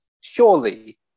Surely